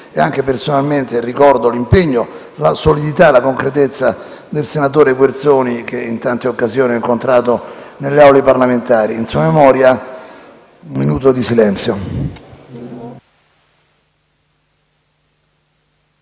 Anche personalmente ricordo l'impegno, la solidità e la concretezza del senatore Guerzoni che in tante occasioni ho incontrato nelle Aule parlamentari. In sua memoria invito l'Assemblea